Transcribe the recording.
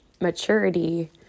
maturity